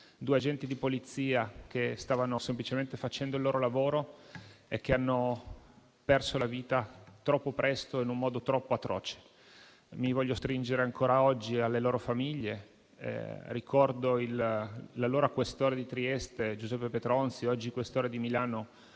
Due agenti di Polizia che stavano semplicemente facendo il loro lavoro e che hanno perso la vita troppo presto in un modo troppo atroce. Mi voglio stringere ancora oggi alle loro famiglie. Ricordo l'allora questore di Trieste, Giuseppe Petronzi, oggi questore di Milano,